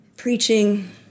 preaching